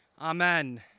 Amen